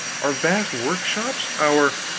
our vast workshops, our